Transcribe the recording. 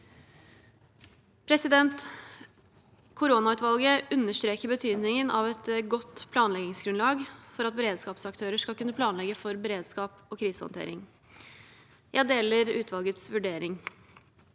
høyt. Koronautvalget understreker betydningen av et godt planleggingsgrunnlag for at beredskapsaktører skal kunne planlegge for beredskap og krisehåndtering. Jeg deler utvalgets vurdering.